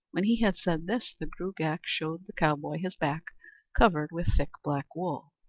when he had said this, the gruagach showed the cowboy his back covered with thick black wool.